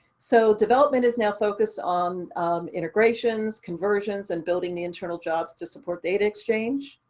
so development is now focused on integrations, conversions, and building the internal jobs to support data exchange.